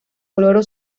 cloro